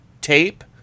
tape